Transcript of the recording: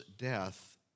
death